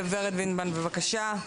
ורד וינדמן, בבקשה.